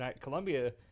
Columbia